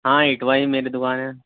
ہاں اٹوا ہی میں دکان ہے